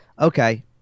okay